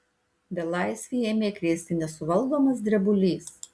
belaisvį ėmė krėsti nesuvaldomas drebulys